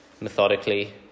methodically